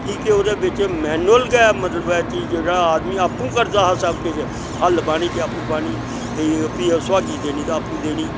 की के ओह्दे बिच्च मैनुआल गै मतलव कि जेह्ड़ा आदमी आपूं करदा हा सब किश हल्ल बाह्नी ते आपू बाह्नी ते फ्ही सुहागी देनी ते आपूं देनी